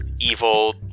evil